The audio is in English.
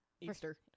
Easter